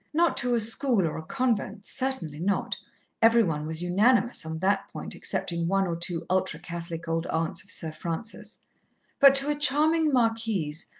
not to a school or a convent, certainly not every one was unanimous on that point excepting one or two ultra-catholic old aunts of sir francis but to a charming marquise,